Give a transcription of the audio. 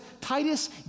Titus